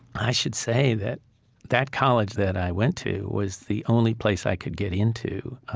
i should say that that college that i went to was the only place i could get into.